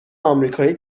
آمریکایی